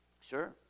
Sure